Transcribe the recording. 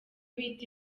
bita